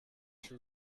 she